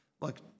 look